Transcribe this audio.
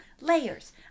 Layers